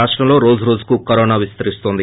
రాష్టంలో రోజు రోజుకు కరోనా విస్తరిస్తోంది